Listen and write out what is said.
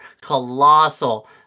colossal